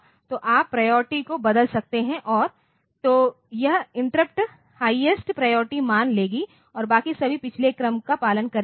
तो आप प्रायोरिटी को बदल सकते हैं और तो यह इंटरप्ट हाईएस्ट प्रायोरिटी मान लेगी और बाकी सभी पिछले क्रम का पालन करेंगे